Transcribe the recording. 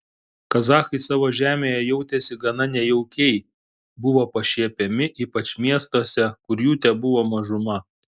kazachai savo žemėje jautėsi gana nejaukiai buvo pašiepiami ypač miestuose kur jų tebuvo mažuma